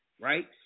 Right